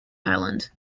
island